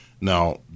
Now